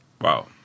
Wow